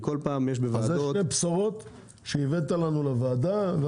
אז אלו שני בשורות שהבאת לנו לוועדה.